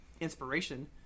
inspiration